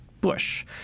Bush